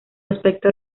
aspecto